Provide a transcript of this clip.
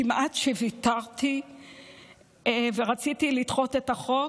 כמעט שוויתרתי ורציתי לדחות את החוק.